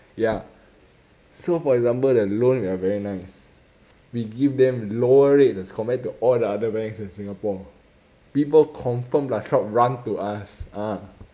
ya so for example the loan we are very nice we give them lower rates as compared to all the other banks in singapore people confirm plus chop run to us ah